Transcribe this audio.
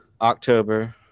October